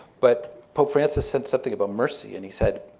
but pope francis said something about mercy, and he said,